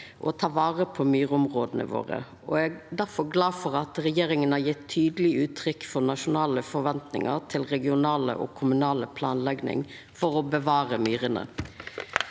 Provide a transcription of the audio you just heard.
å ta vare på myrområda våre, og eg er difor glad for at regjeringa har gjeve tydeleg uttrykk for nasjonale forventningar til regional og kommunal planlegging for å bevara myrene.